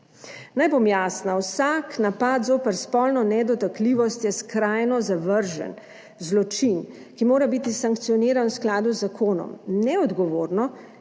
Naj bom jasna. Vsak napad zoper spolno nedotakljivost je skrajno zavržen zločin, ki mora biti sankcioniran v skladu z zakonom. Neodgovorno